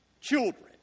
children